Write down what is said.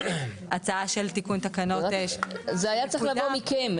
הצעה של תיקון תקנות פקודה --- זה היה צריך לבוא מכם.